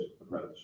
approach